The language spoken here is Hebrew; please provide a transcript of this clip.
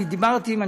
לא זה מה שקורה עכשיו